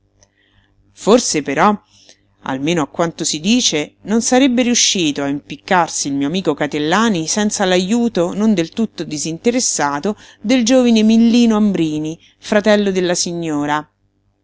forse però almeno a quanto si dice non sarebbe riuscito a impiccarsi il mio amico catellani senza l'ajuto non del tutto disinteressato del giovine millino ambrini fratello della signora